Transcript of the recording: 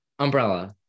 Umbrella